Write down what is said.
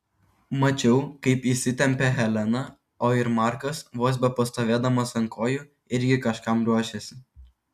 mačiau kaip įsitempė helena o ir markas vos bepastovėdamas ant kojų irgi kažkam ruošėsi